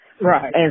Right